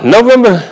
November